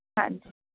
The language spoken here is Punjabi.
ਹਾਂਜੀ